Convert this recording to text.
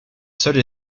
seule